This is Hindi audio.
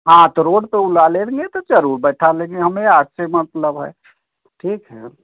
हाँ तो रोड पर बुला लेंगे तो जरूर बैठा लेंगें हमें आपसे मतलब है ठीक है